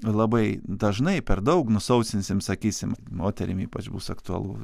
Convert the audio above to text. labai dažnai per daug nusausinsim sakysim moterim ypač bus aktualu